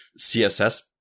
CSS